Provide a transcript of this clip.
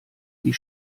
die